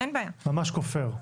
ממש כופר.